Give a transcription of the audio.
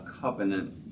covenant